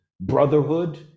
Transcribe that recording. brotherhood